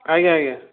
ଆଜ୍ଞା ଆଜ୍ଞା